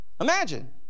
Imagine